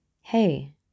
Hey